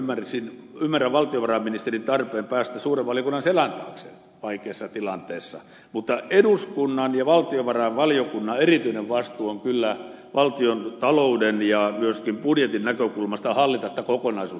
ymmärrän valtiovarainministerin tarpeen päästä suuren valiokunnan selän taakse vaikeassa tilanteessa mutta eduskunnan ja valtiovarainvaliokunnan erityinen vastuu on kyllä valtiontalouden ja myöskin budjetin näkökulmasta hallita tämä kokonaisuus